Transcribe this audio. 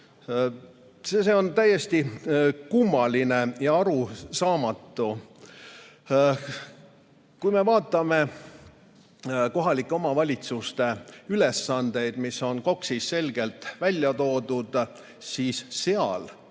See on täiesti kummaline ja arusaamatu. Kui me vaatame kohalike omavalitsuste ülesandeid, mis on KOKS-is selgelt välja toodud, siis seal